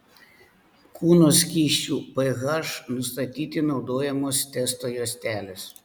kūno skysčių ph nustatyti naudojamos testo juostelės